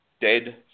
Dead